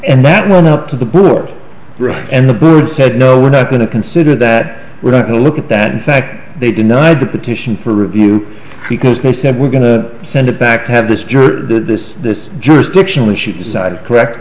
and that will help to the poor and the byrd said no we're not going to consider that we're going to look at that in fact they denied the petition for review because they said we're going to send it back to have this jerk did this this jurisdiction when she decided correct